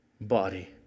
body